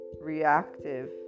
reactive